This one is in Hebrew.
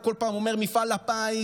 הוא כל פעם אומר: מפעל הפיס,